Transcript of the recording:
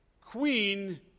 queen